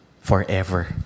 Forever